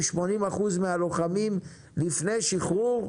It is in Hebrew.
וצריך להגיד,